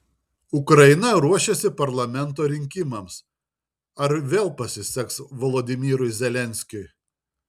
ukraina ruošiasi parlamento rinkimams ar vėl pasiseks volodymyrui zelenskiui